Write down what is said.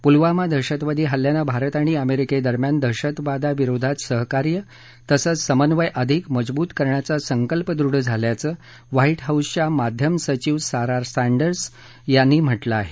पुलवामा दहशतवादी हल्ल्यानं भारत आणि अमेरिकेदरम्यान दहशतवादाविरोधात सहकार्य तसंच समन्वय अधिक मजबूत करण्याचा संकल्प दृढ झाल्याचं व्हाईट हाऊसच्या माध्यम सचिव सारा सँडर्स यांनी म्हटलं आहे